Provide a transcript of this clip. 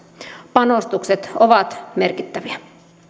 panostukset ovat merkittäviä